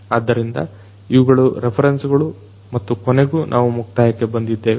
ಆದ್ದರಿಂದ ಇವುಗಳು ರೆಫರೆನ್ಸ್ ಗಳು ಮತ್ತು ಕೊನೆಗೂ ನಾವು ಮುಕ್ತಾಯಕ್ಕೆ ಬಂದಿದ್ದೇವೆ